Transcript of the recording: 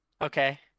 Okay